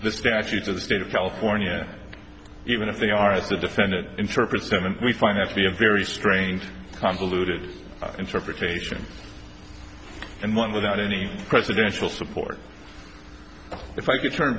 the statutes of the state of california even if they aren't the defendant interprets them and we find that to be a very strained convoluted interpretation and one without any presidential support if i could turn